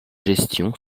gestion